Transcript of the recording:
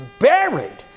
buried